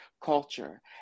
culture